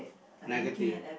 negative